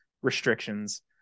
restrictions